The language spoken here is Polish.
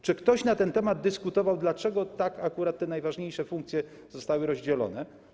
Czy ktoś na ten temat dyskutował, dlaczego akurat tak te najważniejsze funkcje zostały rozdzielone?